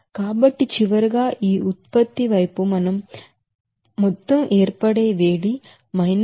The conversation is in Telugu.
కాబట్టి చివరగా ఈ ఉత్పత్తి వైపు మొత్తం ఏర్పడే వేడి 6764